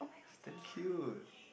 damn cute